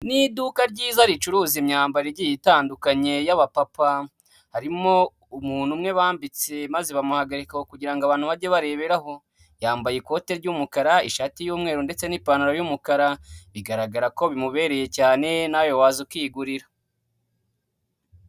Ni iduka ryiza ricuruza imyambaro igiye itandukanye y'abapapa, harimo umuntu umwe bambitse maze bamuhagarika aho kugira ngo abantu bajye bareberaho, yambaye ikote ry'umukara, ishati y'umweru ndetse n'ipantaro y'umukara, bigaragara ko bimubereye cyane nawe waza ukigurira.